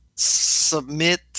submit